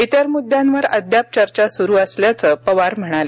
इतर मुद्द्यांवर अद्याप चर्चा सुरू असल्याचं पवार म्हणाले